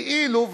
כאילו,